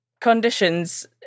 conditions